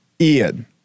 Ian